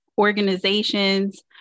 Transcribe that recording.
organizations